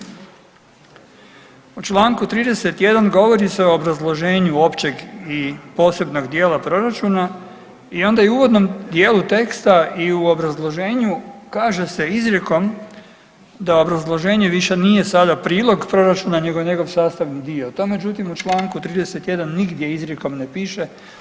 U čl. 31. govori se o obrazloženju općeg i posebnog djela proračun i onda i u uvodnom djelu teksta i u obrazloženju kaže se izrijekom da obrazloženje više nije sada prilog proračuna nego je njegov sastavni dio, to međutim u čl. 31. nigdje izrijekom ne piše.